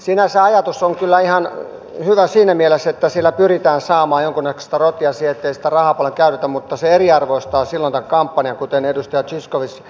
sinänsä ajatus on kyllä ihan hyvä siinä mielessä että sillä pyritään saamaan jonkunnäköistä rotia siihen niin ettei sitä rahaa paljon käytettäisi mutta se eriarvoistaa silloin tämän kampanjan kuten edustaja zyskowicz mainitsi